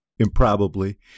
improbably